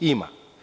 Ima.